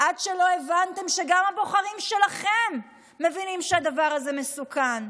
עד שלא הבנתם שגם הבוחרים שלכם מבינים שהדבר הזה מסוכן,